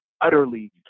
utterly